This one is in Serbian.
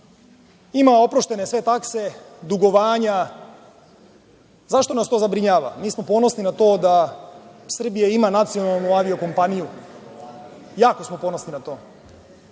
ima oproštene sve takse, dugovanja, zašto nas to zabrinjava? Mi smo ponosni na to da Srbija ima nacionalne avio kompaniju, jako smo ponosni na to.